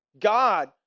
God